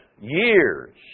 years